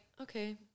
okay